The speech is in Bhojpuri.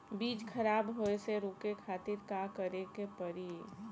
बीज खराब होए से रोके खातिर का करे के पड़ी?